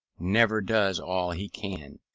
never does all he can.